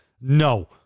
No